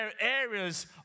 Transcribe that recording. areas